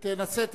תנסה,